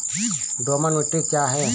दोमट मिट्टी क्या है?